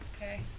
Okay